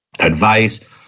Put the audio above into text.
advice